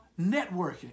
networking